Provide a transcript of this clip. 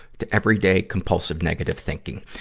to everyday compulsive, negative thinking.